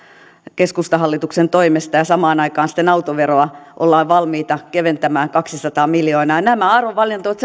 keskustahallituksen toimesta ja samaan aikaan sitten autoveroa ollaan valmiita keventämään kaksisataa miljoonaa nämä arvovalinnat ovat